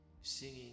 singing